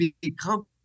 become